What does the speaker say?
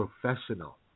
professional